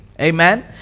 Amen